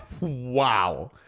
Wow